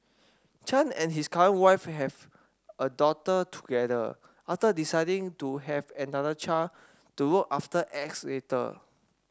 chan and his current wife have a daughter together after deciding to have another child to look after X later